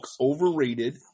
overrated